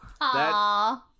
Aww